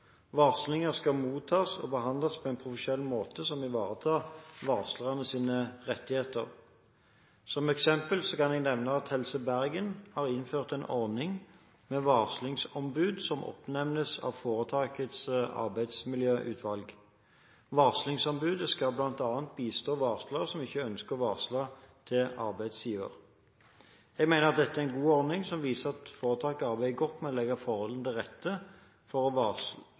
Varslinger skal mottas og behandles på en profesjonell måte som ivaretar varslerens rettigheter. Som eksempel kan jeg nevne at Helse Bergen har innført en ordning med varslingsombud som oppnevnes av foretakets arbeidsmiljøutvalg. Varslingsombudet skal bl.a. bistå varslere som ikke ønsker å varsle til arbeidsgiver. Jeg mener at dette er en god ordning som viser at foretaket arbeider godt med å legge forholdene til rette for å varsle